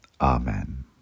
Amen